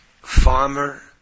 farmer